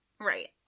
Right